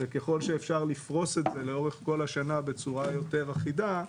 וככל שאפשר לפרוס את זה לאורך כל השנה בצורה יותר אחידה,